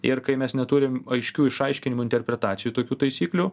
ir kai mes neturim aiškių išaiškinimų interpretacijų tokių taisyklių